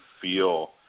feel